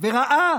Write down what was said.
וראה